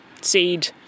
seed